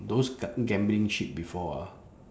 those ga~ gambling ship before ah